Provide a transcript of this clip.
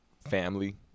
family